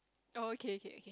okay okay